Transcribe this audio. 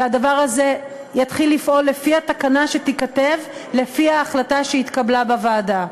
והדבר הזה יתחיל לפעול לפי התקנה שתיכתב לפי ההחלטה שהתקבלה בוועדה.